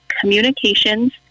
communications